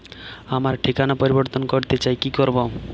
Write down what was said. আমার ঠিকানা পরিবর্তন করতে চাই কী করব?